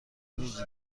روز